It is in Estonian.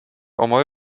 oma